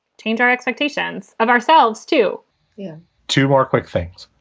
change our expectations of ourselves, too yeah two more quick things.